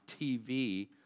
TV